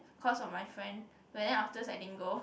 cause of my friend but then afterwards I didn't go